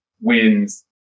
wins